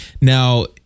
Now